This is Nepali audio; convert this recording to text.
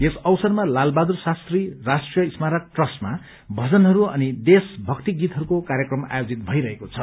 यस अवसरमा लालबहादुर शास्त्री राष्ट्रीय स्मारक ट्रस्टमा भजनहरू अनि देश भक्ति गीतहरूको कार्यक्रम आयोजित भइरहेको छ